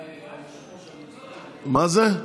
היושב-ראש, אני, מה זה?